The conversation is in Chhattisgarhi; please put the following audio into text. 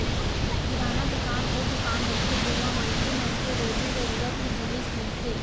किराना दुकान वो दुकान होथे जेमा मनखे मन के रोजे जरूरत के जिनिस मिलथे